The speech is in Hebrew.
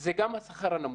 זה גם השכר הנמוך,